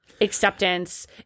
acceptance